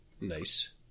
Nice